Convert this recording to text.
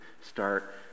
start